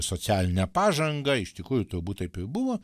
socialinę pažangą iš tikrųjų turbūt taip irbuvo